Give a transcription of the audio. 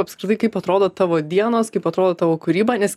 apskritai kaip atrodo tavo dienos kaip atrodo tavo kūryba nes